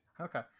Okay